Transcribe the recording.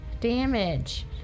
damage